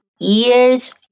years